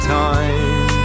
time